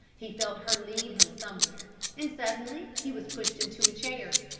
he felt her lead him somewhere, and suddenly he was pushed into a chair.